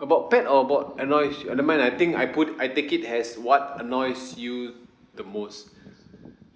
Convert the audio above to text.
about pet or about annoys uh never mind I think I put I take it as what annoys you the most